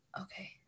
okay